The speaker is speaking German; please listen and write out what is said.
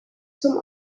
zum